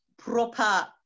proper